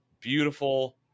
beautiful